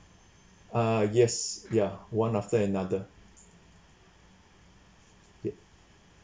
uh yes ya one after another yup